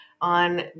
On